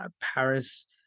Paris